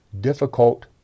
difficult